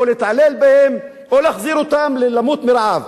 קראו להם "סרטן בגוף המדינה"?